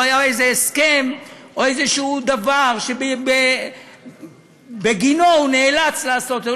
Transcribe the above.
ולא היה איזה הסכם או איזה דבר שבגינו הוא נאלץ לעשות את זה.